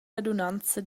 radunanza